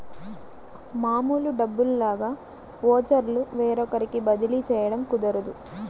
మామూలు డబ్బుల్లాగా ఓచర్లు వేరొకరికి బదిలీ చేయడం కుదరదు